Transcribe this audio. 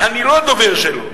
אני לא הדובר שלו.